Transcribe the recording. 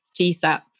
GSAP